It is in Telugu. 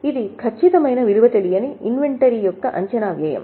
ఇది ఖచ్చితమైన విలువ తెలియని ఇన్వెంటరీ యొక్క అంచనా వ్యయం